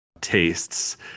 tastes